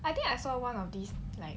I think I saw one of these like